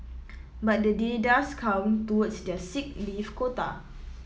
but the day does count towards their sick leave quota